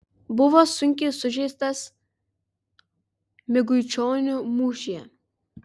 buvo sunkiai sužeistas miguičionių mūšyje